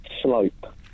Slope